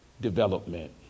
development